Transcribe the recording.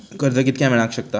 कर्ज कितक्या मेलाक शकता?